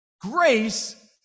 grace